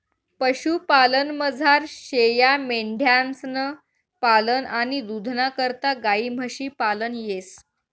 पशुपालनमझार शेयामेंढ्यांसनं पालन आणि दूधना करता गायी म्हशी पालन येस